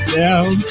down